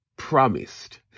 promised